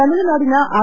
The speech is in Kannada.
ತಮಿಳುನಾಡಿನ ಆರ್